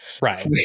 Right